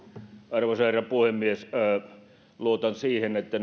arvoisa herra puhemies luotan siihen että